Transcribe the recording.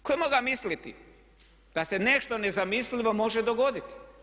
Tko je mogao misliti da se nešto nezamislivo može dogoditi?